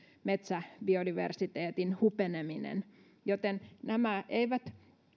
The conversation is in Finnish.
metsäbiodiversiteetin hupeneminen joten nämä eivät